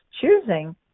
choosing